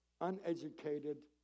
uneducated